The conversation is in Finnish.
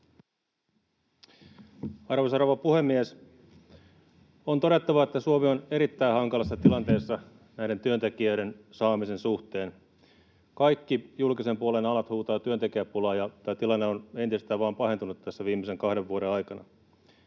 Arvoisa rouva puhemies! On todettava, että Suomi on erittäin hankalassa tilanteessa työntekijöiden saamisen suhteen. Kaikki julkisen puolen alat huutavat työntekijäpulaa, ja tämä tilanne on entisestään vain pahentunut tässä viimeisen kahden vuoden aikana.